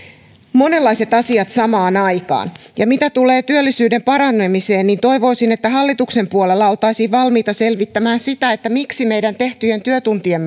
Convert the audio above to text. monenlaiset asiat samaan aikaan mitä tulee työllisyyden paranemiseen niin toivoisin että hallituksen puolella oltaisiin valmiita selvittämään sitä miksi meidän tehtyjen työtuntien